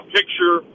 picture